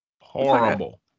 Horrible